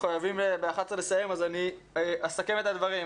מחויבים ב-11:00 לסיים אז אני אסכם את הדברים.